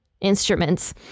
instruments